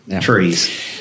Trees